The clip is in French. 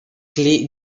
clef